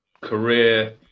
career